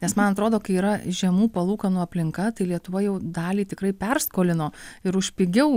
nes man atrodo kai yra žemų palūkanų aplinka tai lietuva jau dalį tikrai perskolino ir už pigiau